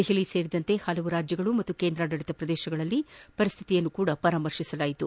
ದೆಹಲಿ ಸೇರಿದಂತೆ ವಿವಿಧ ರಾಜ್ಯಗಳು ಮತ್ತು ಕೇಂದ್ರಾಡಳಿತ ಪ್ರದೇಶಗಳಲ್ಲಿನ ಪರಿಸ್ದಿತಿಯನ್ನೂ ಪರಾಮರ್ಶಿಸಲಾಯಿತು